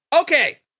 Okay